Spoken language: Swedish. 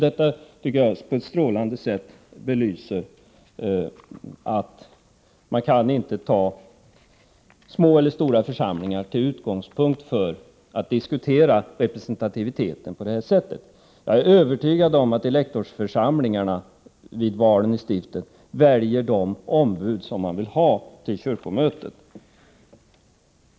Detta belyser på ett strålande sätt att små eller stora församlingar inte kan tas till utgångspunkt för att diskutera representativiteten på detta vis. Jag är övertygad om att elektorsförsamlingarna vid valen i stiften väljer de ombud som de vill ha i kyrkomötet.